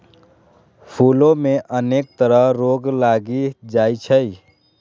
फूलो मे अनेक तरह रोग लागि जाइ छै